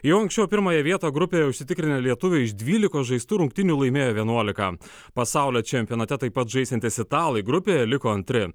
jau anksčiau pirmąją vietą grupėje užsitikrinę lietuviai iš dvylikos žaistų rungtynių laimėjo vienuoliką pasaulio čempionate taip pat žaisiantys italai grupėje liko antri